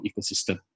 ecosystem